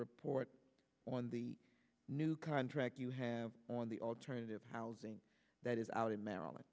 report on the new contract you have on the alternative housing that is out in maryland